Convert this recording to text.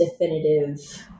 definitive